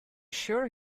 sure